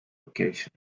location